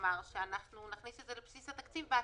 לומר שנכניס את זה לבסיס התקציב בעתיד?